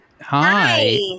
Hi